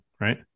right